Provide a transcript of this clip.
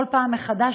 כל פעם מחדש,